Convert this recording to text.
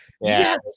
yes